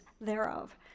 thereof